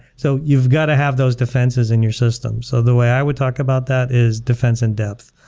so you've got to have those defenses in your system. so the way i would talk about that is defense in-depth,